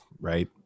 right